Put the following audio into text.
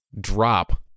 drop